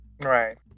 Right